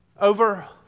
over